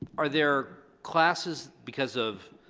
are there classes, because of